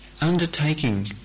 Undertaking